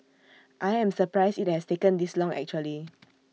I am surprised IT has taken this long actually